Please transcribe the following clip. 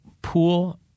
Pool